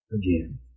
again